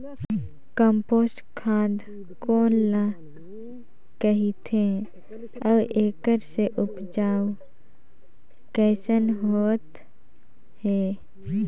Compost खाद कौन ल कहिथे अउ एखर से उपजाऊ कैसन होत हे?